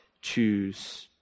choose